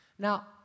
Now